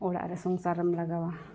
ᱚᱲᱟᱜ ᱨᱮᱦᱚᱸ ᱥᱚᱝᱥᱟᱨᱮᱢ ᱞᱟᱜᱟᱣᱟ